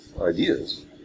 ideas